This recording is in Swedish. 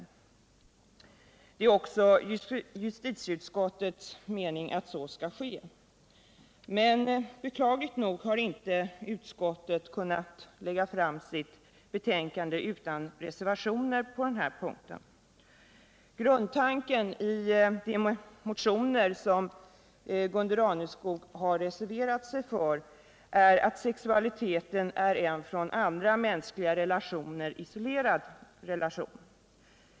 Det är också justitieutskottéts mening att så skall ske. Men beklagligt nog har inte utskottet kunnat lägga fram sitt betänkande utan reservationer på denna punkt. Grundtanken i de motioner som Gunde Raneskog har reserverat sig för är att sexualiteten är en från andra mänskliga relationer isolerad relation.